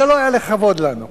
לא היה לכבוד לנו.